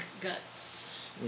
guts